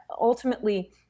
ultimately